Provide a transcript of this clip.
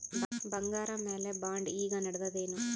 ಬಂಗಾರ ಮ್ಯಾಲ ಬಾಂಡ್ ಈಗ ನಡದದೇನು?